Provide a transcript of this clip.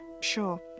Sure